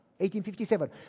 1857